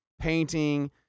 painting